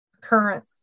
current